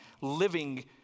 living